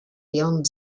beyond